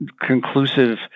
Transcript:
conclusive